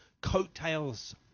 coattails